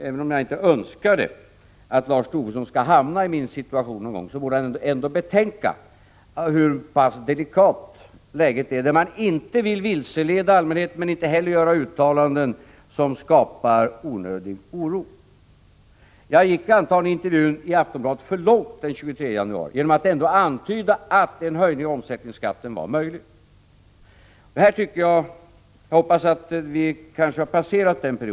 Även om jag inte önskar att Lars Tobisson skall hamna i min situation någon gång, tycker jag att han ändå borde betänka hur pass delikat läget är, när man inte vill vilseleda allmänheten men inte heller vill göra uttalanden som skapar onödig oro. Jag gick antagligen för långt i intervjun i Aftonbladet den 23 januari genom att ändå antyda att en höjning av omsättningsskatten var möjlig.